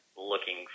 Looking